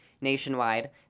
Nationwide